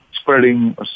spreading